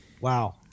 wow